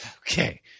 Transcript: Okay